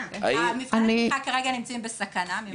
מבחני התמיכה כרגע נמצאים בסכנה.